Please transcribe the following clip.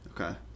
Okay